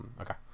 Okay